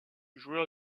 joueur